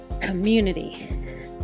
community